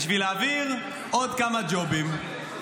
בשביל להעביר עוד כמה ג'ובים.